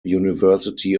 university